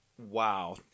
Wow